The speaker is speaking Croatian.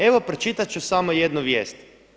Evo pročitati ću samo jednu vijest.